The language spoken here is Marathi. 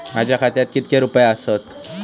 माझ्या खात्यात कितके रुपये आसत?